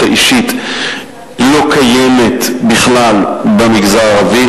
האישית לא קיימת בכלל במגזר הערבי,